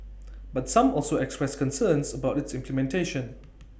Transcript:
but some also expressed concerns about its implementation